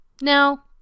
Now